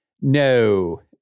No